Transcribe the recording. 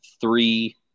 three